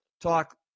talk